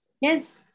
Yes